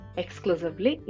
exclusively